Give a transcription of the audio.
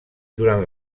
durant